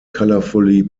colorfully